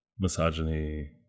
Misogyny